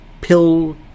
pill